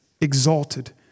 exalted